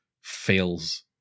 fails